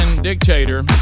dictator